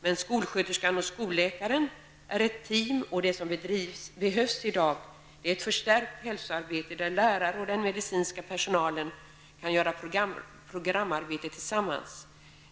Men skolsköterskan och skolläkaren är ett team, och det som behövs i dag är ett förstärkt hälsoarbete där lärare och den medicinska personalen kan göra programarbetet tillsammans.